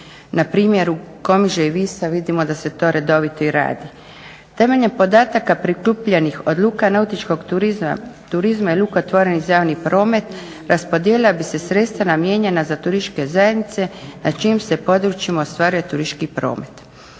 Na primjeru Komiže i Visa vidimo da se to redovito i radi. Temeljem podataka prikupljenih od luka nautičkog turizma i luka otvorenih za javni promet raspodijelila bi se sredstva namijenjena za turističke zajednice na čijim se područjima ostvaruje turistički promet.